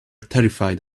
terrified